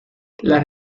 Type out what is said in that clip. las